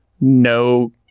no